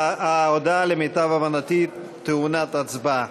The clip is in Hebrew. ההודעה, למיטב הבנתי, טעונה הצבעה.